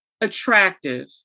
attractive